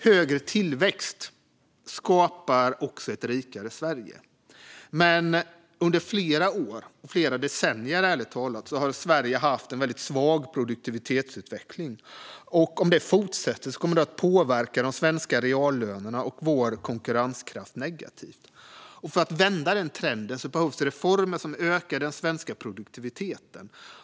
Högre tillväxt skapar ett rikare Sverige. Men under flera år - flera decennier, ärligt talat - har Sverige haft en väldigt svag produktivitetsutveckling. Om detta fortsätter kommer det att påverka de svenska reallönerna och vår konkurrenskraft negativt. För att vända den trenden behövs reformer som ökar den svenska produktiviteten.